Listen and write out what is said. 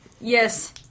Yes